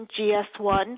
GS1